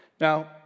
Now